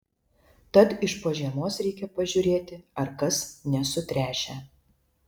tad iš po žiemos reikia pažiūrėti ar kas nesutręšę